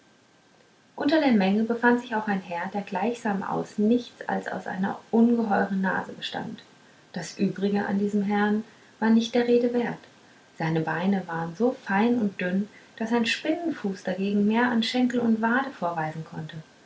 unter der menge befand sich auch ein herr der gleichsam aus nichts als aus einer ungeheuren nase bestand das übrige an diesem herrn war nicht der rede wert seine beine waren so sein und dünn daß ein spinnenfuß dagegen mehr an schenkel und wade vorweisen konnte